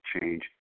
change